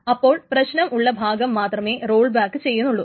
അപ്പോൾ പ്രശ്നം ഉള്ള ഭാഗം മാത്രമേ റോൾ ബാക്ക് ചെയ്യുന്നുള്ളൂ